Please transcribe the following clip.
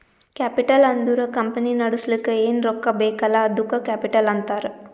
capital ಅಂದುರ್ company ನಡುಸ್ಲಕ್ ಏನ್ ರೊಕ್ಕಾ ಬೇಕಲ್ಲ ಅದ್ದುಕ ಕ್ಯಾಪಿಟಲ್ ಅಂತಾರ್